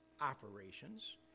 operations